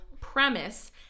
premise